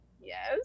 yes